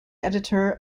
editor